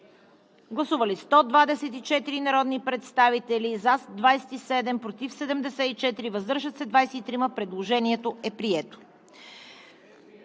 Гласували 124 народни представители: за 27, против 74, въздържали се 23. Предложението не е прието.